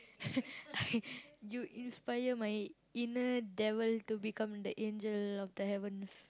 I you inspire my inner devil to become the angel of the heavens